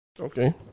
Okay